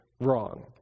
wrong